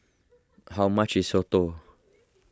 how much is Soto